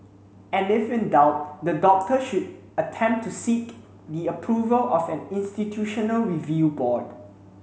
and if in doubt the doctor should attempt to seek the approval of an institutional review board